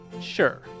Sure